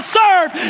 serve